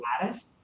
lattice